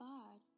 God